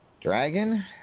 Dragon